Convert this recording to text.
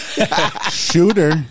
Shooter